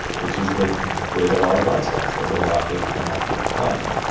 which is that there's a lot of white space. there's a lot that cannot be explained,